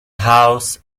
house